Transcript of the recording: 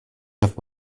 have